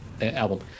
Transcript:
album